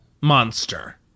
Monster